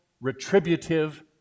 retributive